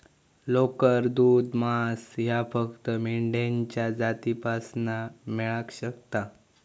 लोकर, दूध, मांस ह्या फक्त मेंढ्यांच्या जातीपासना मेळाक शकता